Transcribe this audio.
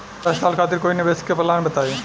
दस साल खातिर कोई निवेश के प्लान बताई?